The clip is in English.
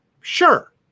Sure